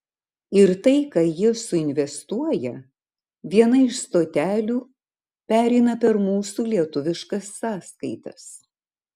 ir tai ką jie suinvestuoja viena iš stotelių pereina per mūsų lietuviškas sąskaitas